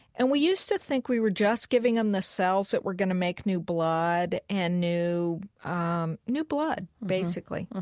and we used to think that we were just giving them the cells that were going to make new blood and new um new blood, basically.